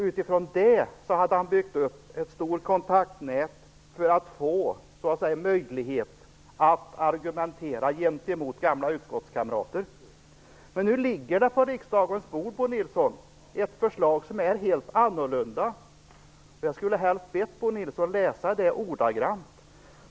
Utifrån det hade han byggt upp ett stort kontaktnät för att få möjlighet att argumentera gentemot gamla utskottskamrater. Men nu ligger på riksdagens bord, Bo Nilsson, ett förslag som är helt annorlunda. Jag skulle helst vilja be Bo Nilsson läsa det ordagrant.